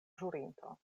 ĵurinto